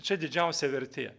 čia didžiausia vertė